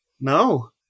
No